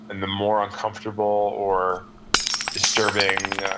and the more uncomfortable or disturbing,